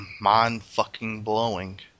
mind-fucking-blowing